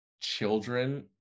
children